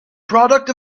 product